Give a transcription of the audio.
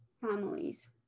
families